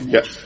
Yes